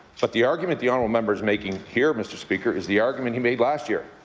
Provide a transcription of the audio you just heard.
but the argument the honourable member is making here, mr. speaker, is the argument he made last year.